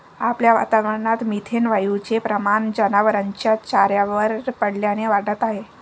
आपल्या वातावरणात मिथेन वायूचे प्रमाण जनावरांच्या चाऱ्यावर पडल्याने वाढत आहे